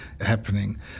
happening